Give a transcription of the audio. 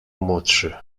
młodszy